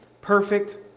perfect